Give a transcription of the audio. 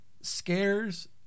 scares